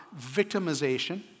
victimization